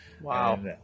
Wow